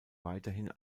weiterhin